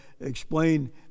explain